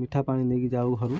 ମିଠା ପାଣି ନେଇକି ଯାଉ ଘରୁ